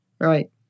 Right